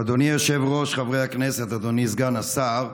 אדוני היושב-ראש, חברי הכנסת, אדוני סגן השר,